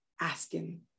asking